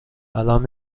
الان